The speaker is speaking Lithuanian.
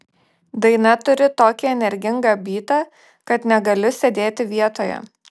daina turi tokį energingą bytą kad negaliu sėdėti vietoje